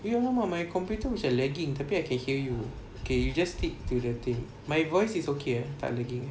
eh no one of my computer macam lagging tapi I can hear you okay you just stick to the thing my voice is okay ah tak lagging